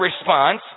response